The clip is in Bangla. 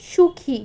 সুখী